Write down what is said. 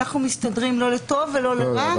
לא לטוב ולא לרע,